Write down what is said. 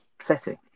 setting